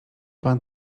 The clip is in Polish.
pan